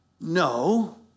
no